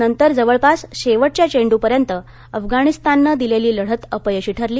नंतर जवळपास शेवटच्या येंड्रपर्यंत अफगाणिस्ताननं दिलेली लढत अपयशी ठरली